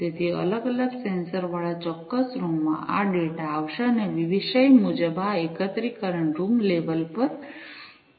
તેથી અલગ અલગ સેન્સર વાળા ચોક્કસ રૂમમાં આ ડેટા આવશે અને વિષય મુજબ આ એકત્રીકરણ રૂમ લેવલ પર પરફોર્મ કરશે